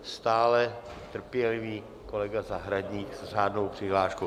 Dále stále trpělivý kolega Zahradník s řádnou přihláškou.